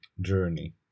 journey